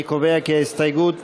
אני קובע כי הסתייגות מס'